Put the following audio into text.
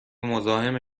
مزاحم